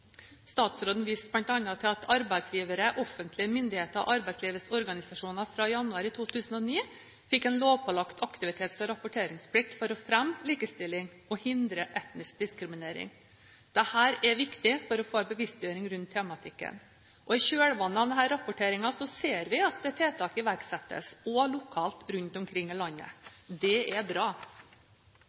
Statsråden viste bl.a. til at arbeidsgivere, offentlige myndigheter og arbeidslivets organisasjoner fra januar i 2009 fikk en lovpålagt aktivitets- og rapporteringsplikt for å fremme likestilling og hindre etnisk diskriminering. Dette er viktig for å få en bevisstgjøring rundt tematikken. I kjølvannet av denne rapporteringen ser vi at tiltak iverksettes, også lokalt rundt omkring i landet. Det er bra!